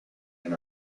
and